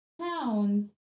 pounds